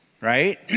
right